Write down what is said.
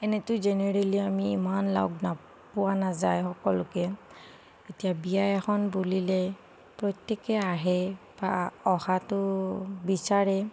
এনেইতো জেনেৰেলি আমি ইমান লগ পোৱা নাযায় সকলোকে এতিয়া বিয়া এখন বুলিলে প্ৰত্য়েকেই আহে বা অহাটো বিচাৰে